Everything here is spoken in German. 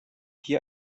hier